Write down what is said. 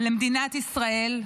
למדינת ישראל.